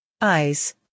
Eyes